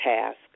task